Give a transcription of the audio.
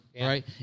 right